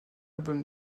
album